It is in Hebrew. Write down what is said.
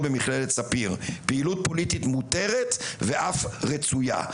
במכללת ספיר: פעילות פוליטית מותרת ואף רצויה.